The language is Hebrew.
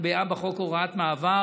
נקבעה בחוק הוראת מעבר